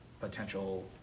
potential